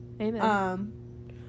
amen